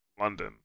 London